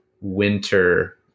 winter